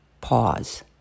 pause